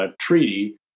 treaty